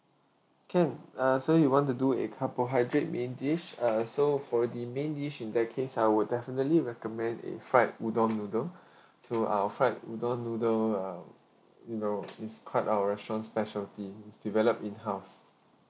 can uh so you want to do a carbohydrate main dish uh so for the main dish in that case I would definitely recommend a fried udang noodle so our fried udang noodle uh you know this quite our restaurant's specialty it's develop in house